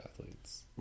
athletes